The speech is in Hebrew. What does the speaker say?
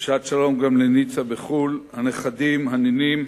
דרישת שלום גם לניצה בחו"ל, הנכדים, הנינים,